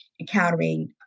encountering